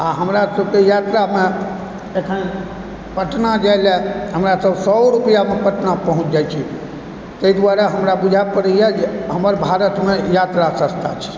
आओर हमरा सबके यात्रामे एखन पटना जाइ लेल हमरा सब सए ओ रुपआमे पटना पहुँचि जाइ छी तैं दुआरे हमरा बुझाय पड़ैए जे हमर भारतमे यात्रा सस्ता छै